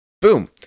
Boom